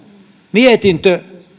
mietintö